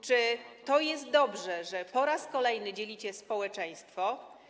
Czy to dobrze, że po raz kolejny dzielicie społeczeństwo?